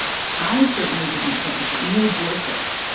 i certainly didn't think that neil gorsuch,